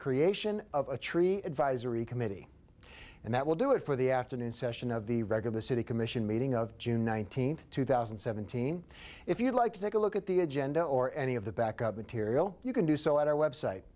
creation of a tree advisory committee and that will do it for the afternoon session of the wreck of the city commission meeting of june nineteenth two thousand and seventeen if you'd like to take a look at the agenda or any of the back up material you can do so at our website